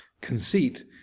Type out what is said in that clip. conceit